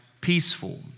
peaceful